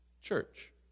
church